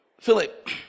Philip